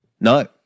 No